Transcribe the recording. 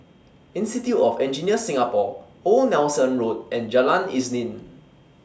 Institute of Engineers Singapore Old Nelson Road and Jalan Isnin